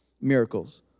miracles